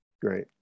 Great